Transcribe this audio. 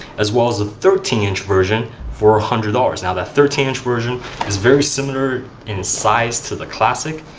as well as a thirteen inch version for one ah hundred dollars. now that thirteen inch version is very similar in size to the classic.